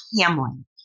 Hamlin